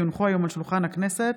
כי הונחו היום על שולחן הכנסת,